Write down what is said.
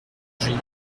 joli